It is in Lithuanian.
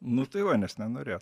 nu tai va nes nenorėjo